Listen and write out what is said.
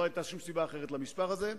לא היתה שום סיבה אחרת למספר הזה.